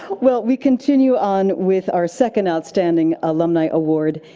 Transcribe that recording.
well, we continue on with our second outstanding alumni award.